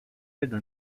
celles